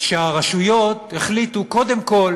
שהרשויות החליטו קודם כול